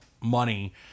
money